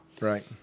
Right